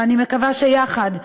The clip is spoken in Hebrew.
ואני מקווה שיחד,